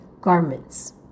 garments